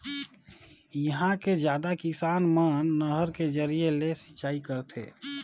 इहां के जादा किसान मन नहर के जरिए ले सिंचई करथे